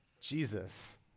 Jesus